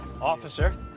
officer